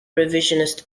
revisionist